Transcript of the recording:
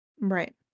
Right